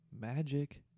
Magic